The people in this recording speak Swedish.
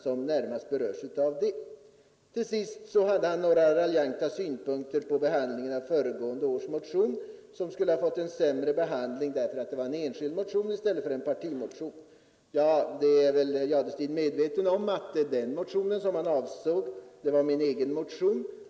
Till sist anförde herr Jadestig några raljanta synpunkter på behandlingen av föregående års motion, som skulle ha fått en sämre behandling väl herr Jadestig medveten om att den motion som han avsåg var min egen motion.